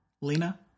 Lena